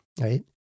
right